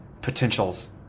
potentials